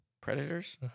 predators